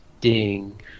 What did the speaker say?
Ding